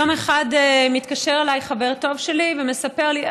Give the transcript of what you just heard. יום אחד מתקשר אליי חבר טוב שלי ומספר לי,